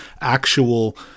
actual